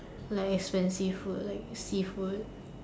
like expensive food like seafood